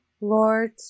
lord